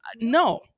no